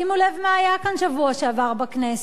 שימו לב מה היה כאן בשבוע שעבר בכנסת,